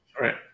Right